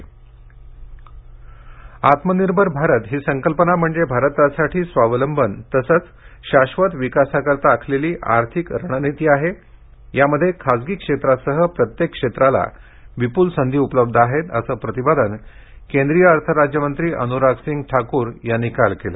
अनरागसिंग ठाकर आत्मनिर्भर भारत ही संकल्पना म्हणजे भारतासाठी स्वावलंबन तसेच शाश्वत विकासाकरता आखलेली आर्थिक रणनीती आहे ज्यामध्ये खासगी क्षेत्रासह प्रत्येक क्षेत्रासाठी विपूल संधी उपलब्ध आहेत असे प्रतिपादन केंद्रीय अर्थराज्यमंत्री अनुराग सिंग ठाकूर यांनी काल केले